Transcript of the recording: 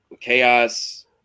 chaos